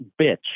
bitch